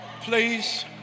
please